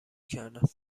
کردم